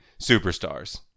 superstars